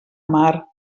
mar